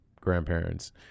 grandparents